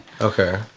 Okay